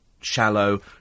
shallow